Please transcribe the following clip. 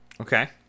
Okay